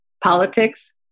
politics